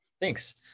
Thanks